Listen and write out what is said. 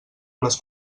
les